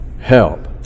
help